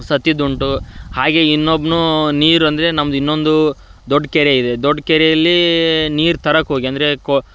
ಸತ್ತಿದ್ದುಂಟು ಹಾಗೇ ಇನ್ನೊಬ್ಬ ನೀರು ಅಂದರೆ ನಮ್ದು ಇನ್ನೊಂದು ದೊಡ್ಡ ಕೆರೆ ಇದೆ ದೊಡ್ಡ ಕೆರೆಯಲ್ಲಿ ನೀರು ತರಕೆ ಹೋಗಿ ಅಂದರೆ ಕೊ